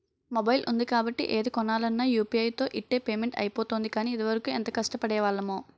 mobile ఉంది కాబట్టి ఏది కొనాలన్నా యూ.పి.ఐ తో ఇట్టే పేమెంట్ అయిపోతోంది కానీ, ఇదివరకు ఎంత కష్టపడేవాళ్లమో